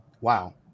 Wow